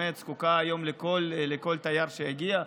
שבאמת זקוקה היום לכל תייר שיגיע.